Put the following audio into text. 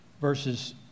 verses